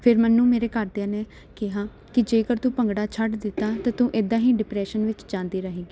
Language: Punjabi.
ਫਿਰ ਮੈਨੂੰ ਮੇਰੇ ਘਰਦਿਆਂ ਨੇ ਕਿਹਾ ਕਿ ਜੇਕਰ ਤੂੰ ਭੰਗੜਾ ਛੱਡ ਦਿੱਤਾ ਤਾਂ ਤੂੰ ਇੱਦਾਂ ਹੀ ਡਿਪਰੈਸ਼ਨ ਵਿੱਚ ਜਾਂਦੀ ਰਹੇਂਗੀ